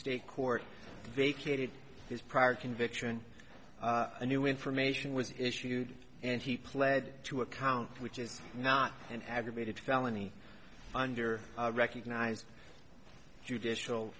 state court vacated his prior conviction a new information was issued and he pled to account which is not an aggravated felony under a recognized judicial